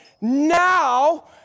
now